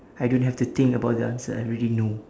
I don't have to think about the answer I already know